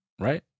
Right